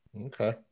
Okay